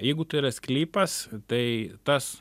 jeigu tai yra sklypas tai tas